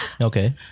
Okay